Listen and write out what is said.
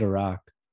Iraq